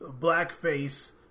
blackface